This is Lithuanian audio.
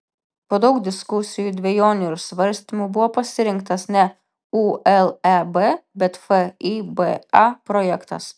po daug diskusijų dvejonių ir svarstymų buvo pasirinktas ne uleb bet fiba projektas